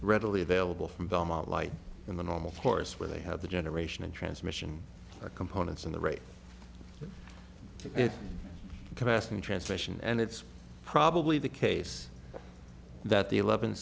readily available from belmont light in the normal course where they have the generation and transmission components and the rate capacity transmission and it's probably the case that the eleven